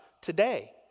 today